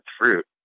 fruit